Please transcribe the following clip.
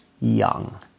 young